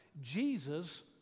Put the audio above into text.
Jesus